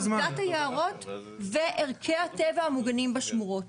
שני דברים מתבטלים: פקודת היערות וערכי הטבע המוגנים בשמורות,